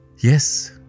Yes